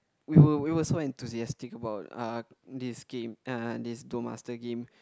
we were we were so enthusiastic about uh this game uh this Duel-Master game